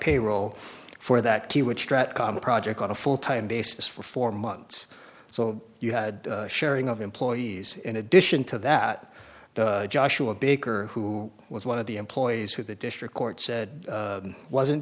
payroll for that project on a full time basis for four months so you had a sharing of employees in addition to that joshua baker who was one of the employees who the district court said wasn't